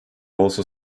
also